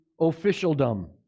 officialdom